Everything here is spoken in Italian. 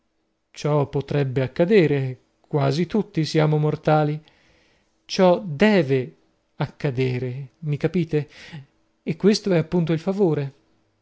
ciò potrebbe accadere quasi tutti siamo mortali ciò deve accadere mi capite e questo è appunto il favore